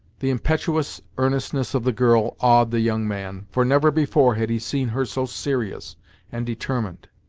the impetuous earnestness of the girl awed the young man, for never before had he seen her so serious and determined.